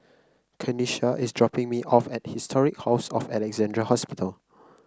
Kanisha is dropping me off at Historic House of Alexandra Hospital